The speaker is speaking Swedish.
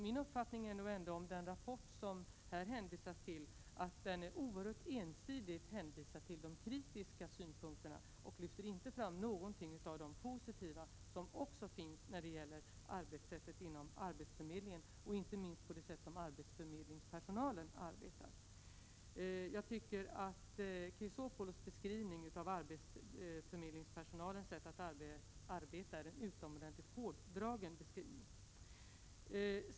Min uppfattning är att den rapport, som här har tagits upp, oerhört ensidigt hänvisar till de kritiska synpunkterna och inte lyfter fram någon av de positiva synpunkter som också finns när det gäller arbetssätten inom arbetsförmedlingen — inte minst när det gäller hur arbetsförmedlingens personal arbetar. Alexander Chrisopoulos beskrivning av personalens sätt att arbeta på arbetsförmedlingen är utomordentligt hårdragen.